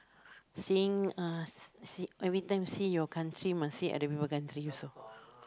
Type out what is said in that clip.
seeing uh see~ everytime see your country must see other people country also